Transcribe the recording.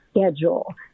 schedule